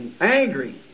angry